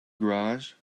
garage